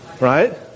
Right